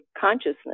consciousness